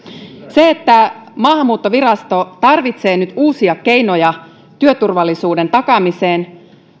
se että maahanmuuttovirasto tarvitsee nyt uusia keinoja työturvallisuuden takaamiseen